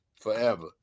forever